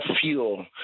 fuel